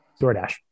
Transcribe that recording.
DoorDash